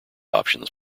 options